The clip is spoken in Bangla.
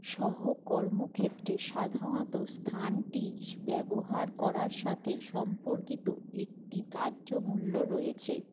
সহ কর্মক্ষেত্রে সাধারণত স্থানটি ব্যবহার করার সাথে সম্পর্কিত একটি ধার্য্যমূল্য রয়েছে